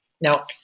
Now